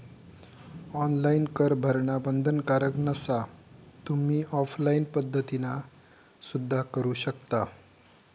online कर भरणा बंधनकारक नसा, तुम्ही ऑफलाइन पद्धतीना सुद्धा करू शकता